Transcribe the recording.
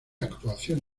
actuación